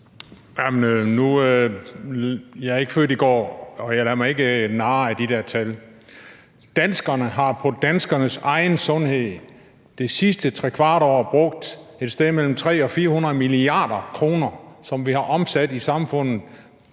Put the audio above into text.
er jeg ikke født i går, og jeg lader mig ikke narre af de der tal. Danskerne har på danskernes egen sundhed det sidste trekvarte år brugt et sted mellem 300 og 400 mia. kr., som vi har omsat i samfundet